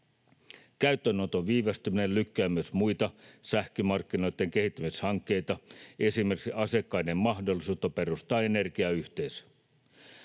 Käyttöönoton viivästyminen lykkää myös muita sähkömarkkinoitten kehittämishankkeita, esimerkiksi asiakkaiden mahdollisuutta perustaa energiayhteisö.